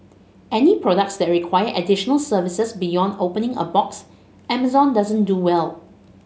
any products that require additional services beyond opening a box Amazon doesn't do well